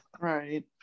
right